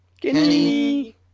Kenny